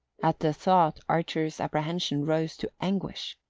at the thought archer's apprehension rose to anguish.